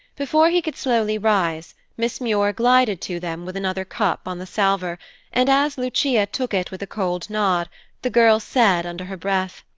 before he could slowly rise, miss muir glided to them with another cup on the salver and, as lucia took it with a cold nod the girl said under her breath,